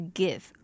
give